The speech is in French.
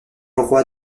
roi